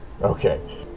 Okay